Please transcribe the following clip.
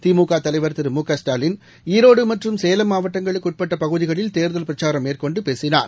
திமுகதலைவர் திரு திரு முகஸ்டாலின் ஈரோடுமற்றம் சேலம் மாவட்டங்களுக்குஉட்பட்டபகுதிகளில் தேர்தல் பிரச்சாரம் மேற்கொண்டுபேசினார்